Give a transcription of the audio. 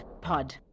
Pod